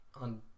on